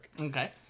okay